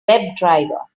webdriver